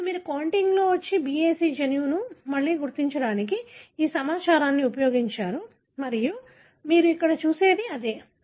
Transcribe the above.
ఇప్పుడు మీరు కాంటిగ్లో BAC జన్యువును మళ్లీ గుర్తించడానికి ఈ సమాచారాన్ని ఉపయోగించారు మరియు మీరు ఇక్కడ చూసేది అదే